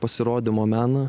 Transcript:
pasirodymo meną